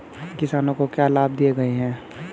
किसानों को क्या लाभ दिए गए हैं?